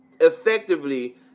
Effectively